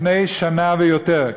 לפני שנה ויותר,